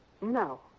No